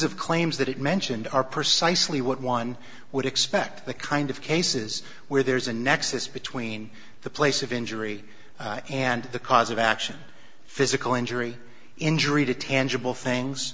of claims that it mentioned are precisely what one would expect the kind of cases where there's a nexus between the place of injury and the cause of action physical injury injury to tangible things